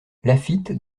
laffitte